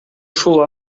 ушул